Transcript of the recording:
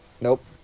Nope